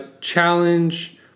challenge